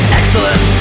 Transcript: excellent